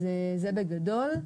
זה בגדול.